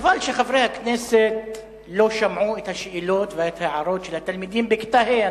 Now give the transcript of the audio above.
חבל שחברי הכנסת לא שמעו את השאלות וההערות של התלמידים בכיתה ה'.